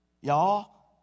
Y'all